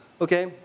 Okay